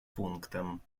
пунктом